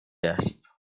است